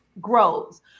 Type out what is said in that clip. grows